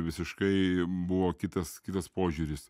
visiškai buvo kitas kitas požiūris